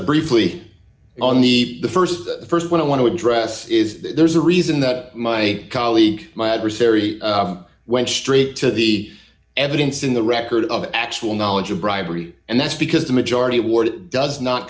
briefly on the the st the st one i want to address is d there's a reason that my colleague my adversary went straight to the evidence in the record of actual knowledge of bribery and that's because the majority ward it does not